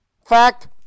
fact